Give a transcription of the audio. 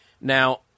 Now